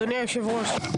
אדוני היושב-ראש,